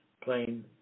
plain